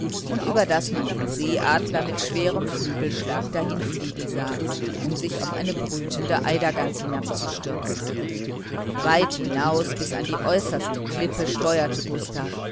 und über das man den seeadler mit schwerem flügelschlag dahinfliegen sah um sich auf eine brütende eidergans herabzustürzen weit hinaus bis an die äußerste klippe steuerte gustav